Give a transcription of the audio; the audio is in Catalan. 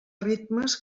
ritmes